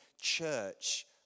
church